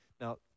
Now